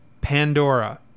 Pandora